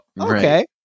okay